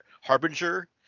Harbinger